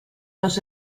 los